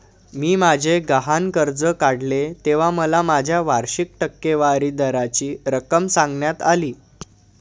मी माझे गहाण कर्ज काढले तेव्हा मला माझ्या वार्षिक टक्केवारी दराची रक्कम सांगण्यात आली